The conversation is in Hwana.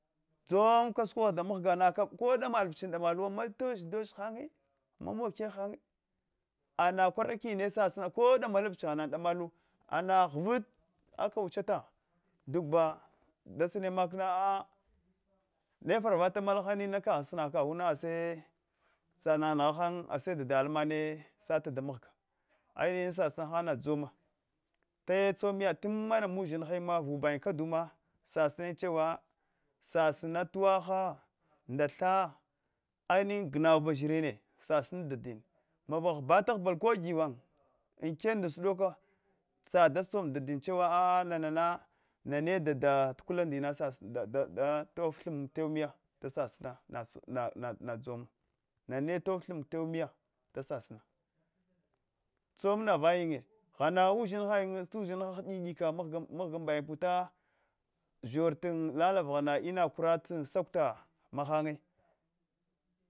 Dzanka da shikwedach danghga ko damala buch damaluwa matozhin ndosh haunye mamog kegh hanaye ama kwarakina basina han kona damal buch gjana damalu ana ghvat kana wueheta duba da sina maka ma a nefaravata malahanya ina asa nan nghahan dada almanne sata damghga e sasana han nadsoma taya tsommi yada timmaya ushin haya vubayin kada samayin chewa sasina tuwak ha nda tha almbin gnausudoko irin sasina badme gwaba ghata ghbal ko ghian ankena nda sudoko sa-da tsoma dadin chuwa a nama na na dada dada tukula ndi sasina nana tofa thimnye tawan miya da sasina nama tsoina havaya ushiha at ushinka hadik hadika mghga puta puta azhor lelavaghans ina kura sakuta mahannye